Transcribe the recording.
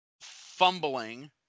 fumbling